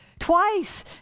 Twice